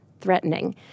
threatening